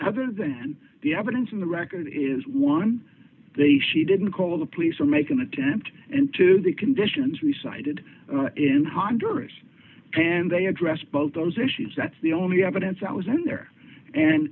other than the evidence in the record is one they she didn't call the police or make an attempt and to the conditions we cited in honduras and they address both those issues that's the only evidence that was in there and